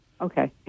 Okay